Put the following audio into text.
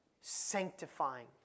sanctifying